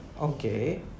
Okay